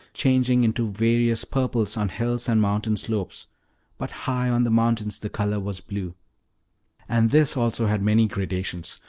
changing into various purples on hills and mountain slopes but high on the mountains the color was blue and this also had many gradations,